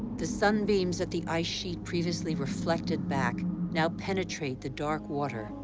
the sunbeams that the ice sheet previously reflected back now penetrate the dark water,